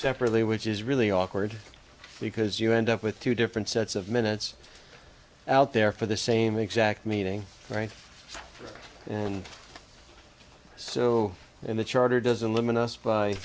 separately which is really awkward because you end up with two different sets of minutes out there for the same exact meeting right and so in the charter doesn't limit us by